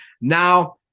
now